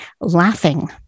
laughing